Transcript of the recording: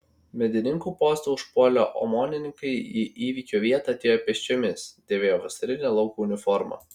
medininkų postą užpuolę omonininkai į įvykio vietą atėjo pėsčiomis dėvėjo vasarinę lauko uniformą